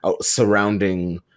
surrounding